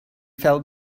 felt